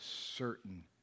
certain